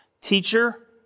Teacher